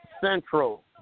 Central